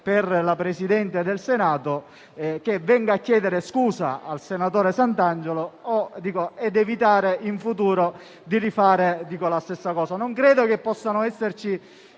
con la Presidente del Senato affinché venga a chiedere scusa al senatore Santangelo e si eviti in futuro di rifare la stessa cosa. Non credo possano esserci